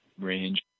range